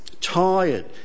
tired